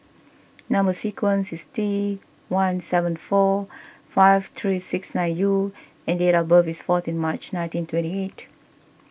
Number Sequence is T one seven four five three six nine U and date of birth is fourteen March nineteen twenty eight